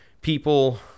people